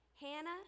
Hannah